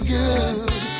good